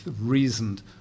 reasoned